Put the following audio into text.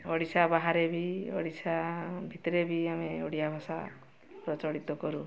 ଓଡ଼ିଶା ବାହାରେ ବି ଓଡ଼ିଶା ଭିତରେ ବି ଆମେ ଓଡ଼ିଆଭାଷା ପ୍ରଚଳିତ କରୁ